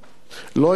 לא אשתוק,